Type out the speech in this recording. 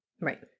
Right